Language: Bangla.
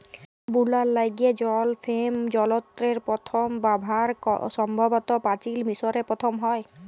বুলার ল্যাইগে জল ফেম যলত্রের পথম ব্যাভার সম্ভবত পাচিল মিশরে পথম হ্যয়